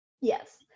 Yes